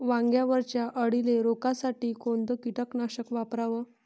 वांग्यावरच्या अळीले रोकासाठी कोनतं कीटकनाशक वापराव?